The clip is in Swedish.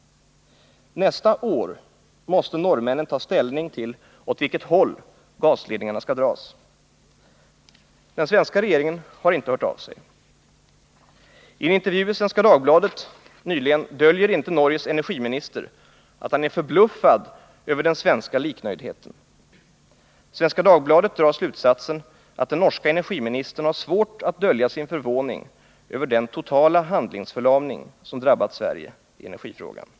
Nästa år måste norrmännen ta ställning till åt vilket håll gasledningarna skall dras. Den svenska regeringen har inte hört av sig. I en intervju i Svenska Dagbladet nyligen döljer inte Norges energiminister att han är förbluffad över den svenska liknöjdheten. Svenska Dagbladet drar slutsatsen att den norske energiministern har svårt att dölja sin förvåning över den totala handlingsförlamning som drabbat Sverige i energifrågan.